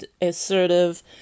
assertive